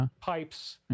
pipes